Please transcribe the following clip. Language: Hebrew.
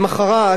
למחרת,